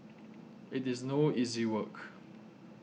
it is no easy work